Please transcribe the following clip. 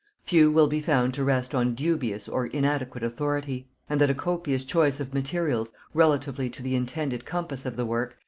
few will be found to rest on dubious or inadequate authority and that a copious choice of materials, relatively to the intended compass of the work,